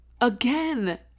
again